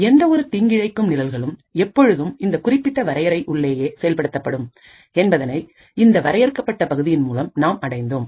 எந்த ஒரு தீங்கிழைக்கும் நிரல்களும் எப்பொழுதும் இந்த குறிப்பிட்ட வரையறை உள்ளேயே செயல்படுத்தப்படும் என்பதை இந்த வரையறுக்கப்பட்ட பகுதியின் மூலம் நாம் அடைந்தோம்